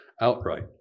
outright